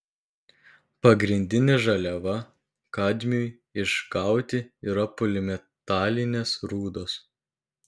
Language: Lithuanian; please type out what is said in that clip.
pagrindinė žaliava kadmiui išgauti yra polimetalinės rūdos